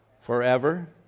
Forever